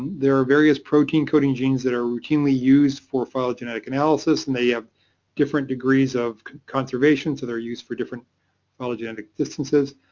there are various protein-coding genes that are routinely used for phylogenetic analysis and they have different degrees of conservation so they're used for different phylogenetic distances.